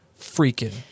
freaking